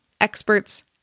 experts